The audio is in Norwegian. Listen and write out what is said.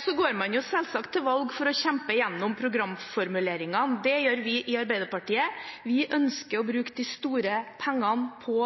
Så går man selvsagt til valg for å kjempe gjennom programformuleringene. Det gjør vi i Arbeiderpartiet. Vi ønsker å bruke de store pengene på